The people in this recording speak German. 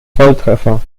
volltreffer